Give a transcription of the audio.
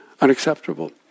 unacceptable